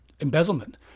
embezzlement